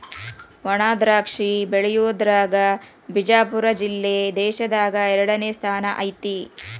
ವಣಾದ್ರಾಕ್ಷಿ ಬೆಳಿಯುದ್ರಾಗ ಬಿಜಾಪುರ ಜಿಲ್ಲೆ ದೇಶದಾಗ ಎರಡನೇ ಸ್ಥಾನ ಐತಿ